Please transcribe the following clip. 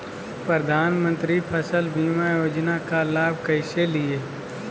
प्रधानमंत्री फसल बीमा योजना का लाभ कैसे लिये?